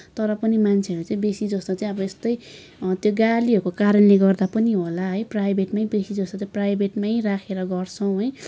तर पनि मान्छेहरू चाहिँ बेसीजस्तो चाहिँ अब यस्तै त्यो गालीहरूको कारणले गर्दा पनि होला है प्राइभेटमै बेसीजसो चाहिँ प्राइभेटमै राखेर गर्छौँ है